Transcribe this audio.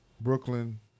Brooklyn